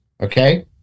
Okay